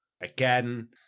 again